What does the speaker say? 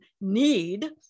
need